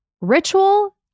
Ritual